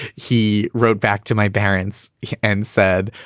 he wrote back to my parents and said,